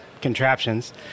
contraptions